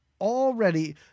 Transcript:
already